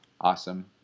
awesome